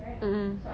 mm mm